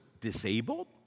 disabled